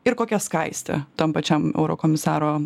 ir kokią skaistę tam pačiam eurokomisaro